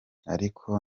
ariko